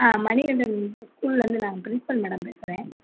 ஆ மணிகண்டன் ஸ்கூல்லேயிருந்து நான் principal madam பேசுகிறேன்